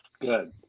Good